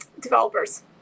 developers